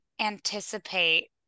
anticipate